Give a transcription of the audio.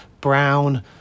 brown